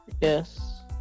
yes